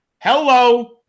Hello